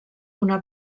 una